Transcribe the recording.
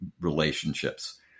relationships